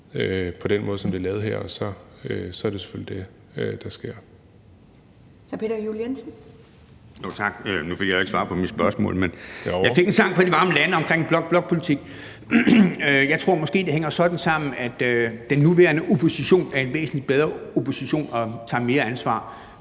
på den måde, som det er lavet her, og så er det selvfølgelig det, der sker.